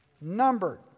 numbered